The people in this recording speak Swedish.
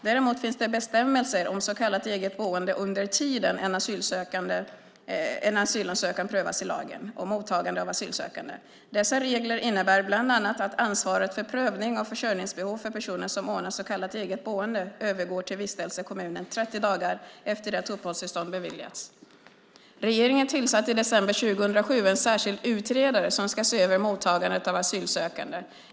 Däremot finns det bestämmelser om så kallat eget boende under tiden en asylansökan prövas i lagen om mottagande av asylsökande. Dessa regler innebär bland annat att ansvaret för prövning av försörjningsbehov för personer som ordnat så kallat eget boende övergår till vistelsekommunen 30 dagar efter det att uppehållstillstånd beviljats. Regeringen tillsatte i december 2007 en särskild utredare som ska se över mottagandet av asylsökande .